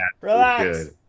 Relax